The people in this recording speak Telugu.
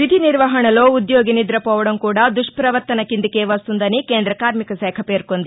విధి నిర్వహణలో ఉద్యోగి నిద్రపోవడం కూడా దుష్టవర్తన కిందికే వస్తుందని కేంద్ర కార్మికశాఖ పేర్కొంది